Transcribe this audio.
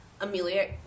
amelia